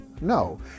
no